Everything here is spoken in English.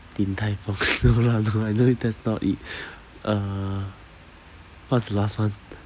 din tai fung no lah no lah I know that's not it uh what's the last one